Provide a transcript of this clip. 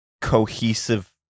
cohesive